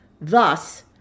Thus